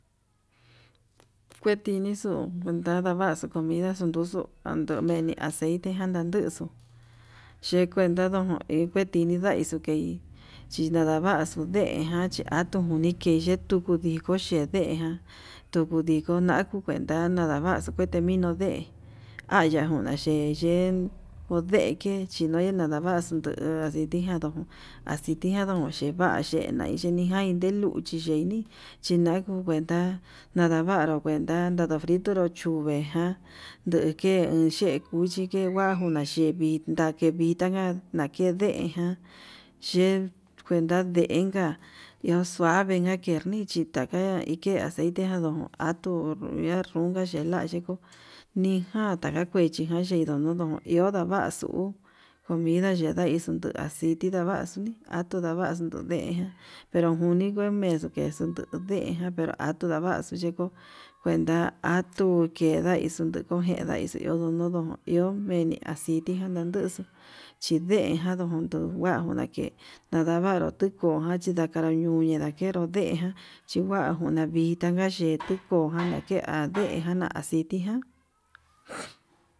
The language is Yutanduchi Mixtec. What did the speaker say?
Kuetinixu nadaxu comida xunduxu atuu meni aceite ján ndanduxu, che'e ikuenta no'o tini ndaixu kei chinadaxu deen ján chí atuu ndiko xhendeján kutu ndiko naku kuenta nadabaxu kuente minu deen, haya nguna yeyen kondeke xhinue nanavaxu nduu diti ján ndón aciti ján nduxeva ye'e naitiján nuiluchi ye'e yeini chinaku kuenta nadanru kuenta ndaru frituru chuve jan, nduke che cuchi ke huajuna yee vinta ke vitajan na ke deen ján ye'e kuenta deen ka'a, iho sueve na ke nichi ndaka ke aceite jan atuu rullar nuka chelachiko ján tadakuetika chindo no'o iho ndavaxu huu comida xhedaixu ye'e aciti ndavaxuni atuu ndavaxu ndejan pero nikuni menduu nuu atuu ndavxu yeko'o kuenta atuu kedaixu dekoje ndaixu iho ndo nudo iho meni acitijan nanduxu, chindenjan kuandu nakee nadavaru tikojan chí ndakanru ñuñe ndakero deen jan chikuan njuana vitaka ka yee nduku jan nake ha ndenján dana acitijan.